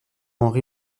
henri